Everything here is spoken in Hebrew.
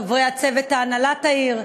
חברי צוות הנהלת העיר,